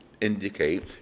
indicate